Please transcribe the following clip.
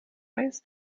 weiß